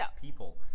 people